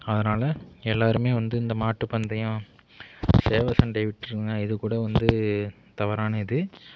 அதனால் எல்லாேருமே வந்து இந்த மாட்டு பந்தயம் சேவல் சண்டைய விட்டுருங்க இது கூட வந்து தவறான இது